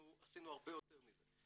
אנחנו עשינו הרבה יותר מזה.